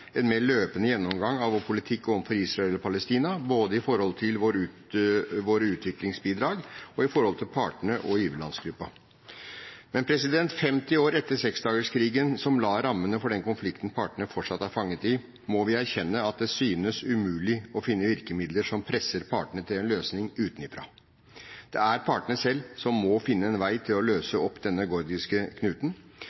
en mer løpende gjennomgang av vår politikk overfor Israel og Palestina, både med tanke på våre utviklingsbidrag og med tanke på partene og giverlandsgruppen. Men 50 år etter seksdagerskrigen, som la rammene for den konflikten partene fortsatt er fanget i, må vi erkjenne at det synes umulig å finne virkemidler som presser partene til en løsning utenifra. Det er partene selv som må finne en vei til å løse